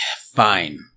Fine